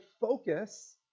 focus